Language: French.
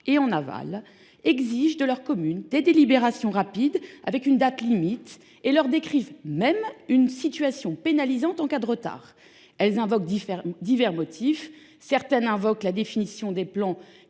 et en aval, exigent de leurs communes des délibérations rapides avec une date limite et décrivent même une situation pénalisante en cas de retard. Elles invoquent divers motifs : la définition des plans